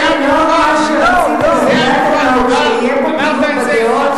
השר איתן, אין לכם הזדמנות